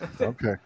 Okay